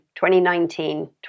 2019